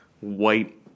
white